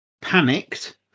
panicked